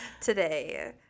today